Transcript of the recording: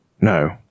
No